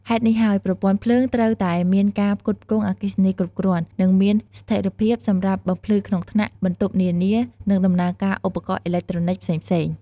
ហេតុនេះហើយប្រព័ន្ធភ្លើង ត្រូវតែមានការផ្គត់ផ្គង់អគ្គិសនីគ្រប់គ្រាន់ និងមានស្ថេរភាពសម្រាប់បំភ្លឺក្នុងថ្នាក់ បន្ទប់នានា និងដំណើរការឧបករណ៍អេឡិចត្រូនិកផ្សេងៗ។